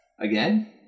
Again